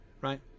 right